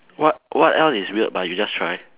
what what else is weird but you just try